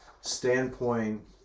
standpoint